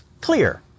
clear